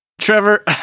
Trevor